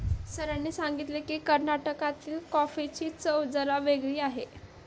सरांनी सांगितले की, कर्नाटकातील कॉफीची चव जरा वेगळी आहे